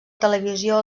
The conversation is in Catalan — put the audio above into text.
televisió